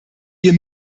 wir